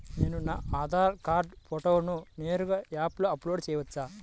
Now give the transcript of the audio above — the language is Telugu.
నేను నా ఆధార్ కార్డ్ ఫోటోను నేరుగా యాప్లో అప్లోడ్ చేయవచ్చా?